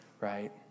right